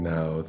Now